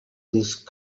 these